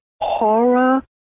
horror